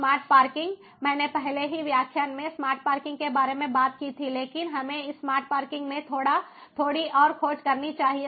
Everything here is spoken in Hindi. स्मार्ट पार्किंग मैंने पहले ही व्याख्यान में स्मार्ट पार्किंग के बारे में बात की थी लेकिन हमें इस स्मार्ट पार्किंग में थोड़ी और खोज करनी चाहिए